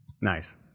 Nice